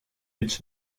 its